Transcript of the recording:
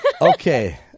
Okay